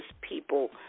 people